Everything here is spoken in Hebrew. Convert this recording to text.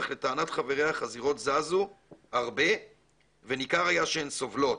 אך לטענת חבריה החזירות זזו הרבה וניכר היה שהן סובלות